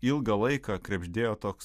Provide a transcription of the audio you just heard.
ilgą laiką krebždėjo toks